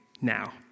now